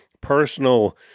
personal